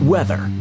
Weather